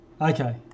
okay